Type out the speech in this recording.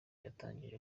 yatangije